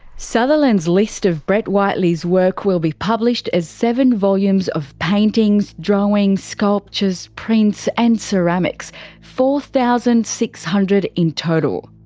sutherland's list of brett whiteley's work will be published as seven volumes of paintings, drawings, sculptures, prints, and ceramics four thousand six hundred in total.